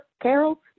Carol